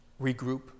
regroup